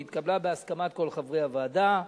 היא התקבלה בהסכמת כל חברי הוועדה.